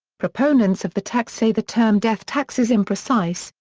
proponents of the tax say the term death tax is imprecise,